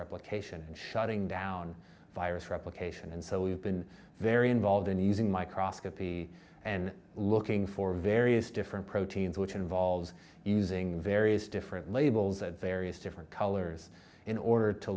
replication and shutting down virus replication and so we've been very involved in using my cross copy and looking for various different proteins which involves using various different labels at various different colors in order to